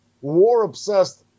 war-obsessed